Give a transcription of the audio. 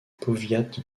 powiat